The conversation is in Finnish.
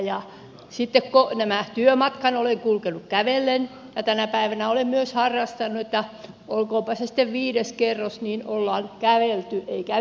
ja sitten työmatkan olen kulkenut kävellen ja tänä päivänä olen myös harrastanut että olkoonpa se sitten viides kerros niin ollaan kävelty ei käytetty hissiä